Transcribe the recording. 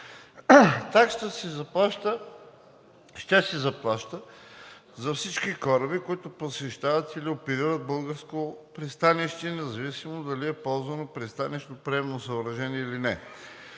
Таксата се заплаща за всички кораби, които посещават или оперират в българското пристанище, независимо дали е ползвано пристанищно приемно съоръжение или не.